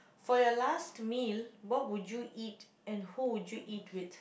for your last meal what would you eat and who would you eat with